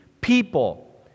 people